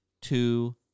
two